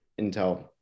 intel